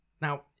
Now